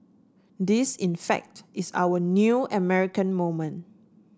Nthis in fact is our new American moment